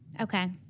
okay